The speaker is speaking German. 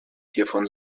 hiervon